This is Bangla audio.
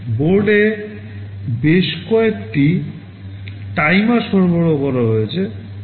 বোর্ডে বেশ কয়েকটি টাইমার সরবরাহ করা হয়েছে